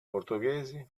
portoghesi